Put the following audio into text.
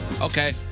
okay